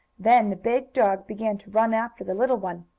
then the big dog began to run after the little one.